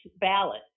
ballot